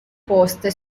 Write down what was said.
poste